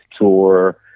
tour